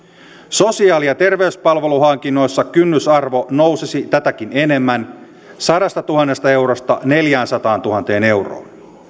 sosiaali ja terveyspalveluhankinnoissa kynnysarvo nousisi tätäkin enemmän sadastatuhannesta eurosta neljäänsataantuhanteen euroon